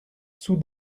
sous